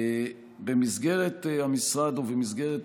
במסגרת המשרד ובמסגרת